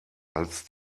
als